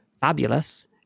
fabulous